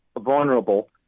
vulnerable